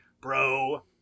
bro